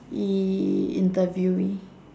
y~ interviewee